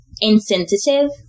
insensitive